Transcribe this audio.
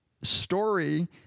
story